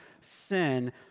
sin